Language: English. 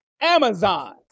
Amazon